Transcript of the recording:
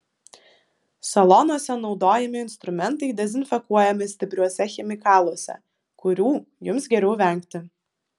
salonuose naudojami instrumentai dezinfekuojami stipriuose chemikaluose kurių jums geriau vengti